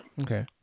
Okay